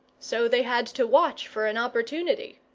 so they had to watch for an opportunity.